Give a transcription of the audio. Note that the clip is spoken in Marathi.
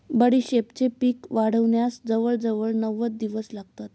बडीशेपेचे पीक वाढण्यास जवळजवळ नव्वद दिवस लागतात